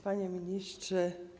Panie Ministrze!